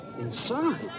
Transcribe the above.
Inside